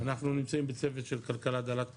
אנחנו נמצאים בצוות של כלכלה דלת פחמן,